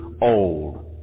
old